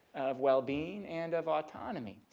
of well-being, and of autonomy.